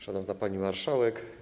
Szanowna Pani Marszałek!